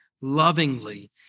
lovingly